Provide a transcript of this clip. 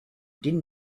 din